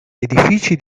edifici